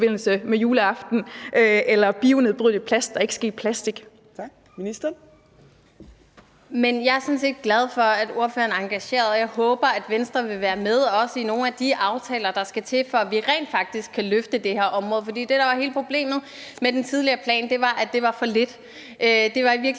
næstformand (Trine Torp): Tak. Ministeren. Kl. 15:23 Miljøministeren (Lea Wermelin): Jeg er sådan set glad for, at ordføreren er engageret, og jeg håber, at Venstre også vil være med i nogle de aftaler, der skal til, for at vi rent faktisk kan løfte det her område. For det, der var hele problemet med den tidligere plan, var, at det var for lidt. Det var i virkeligheden